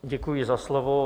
Děkuji za slovo.